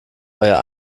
euer